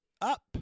up